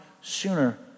sooner